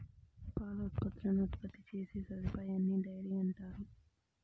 పాల ఉత్పత్తులను ఉత్పత్తి చేసే సదుపాయాన్నిడైరీ అంటారు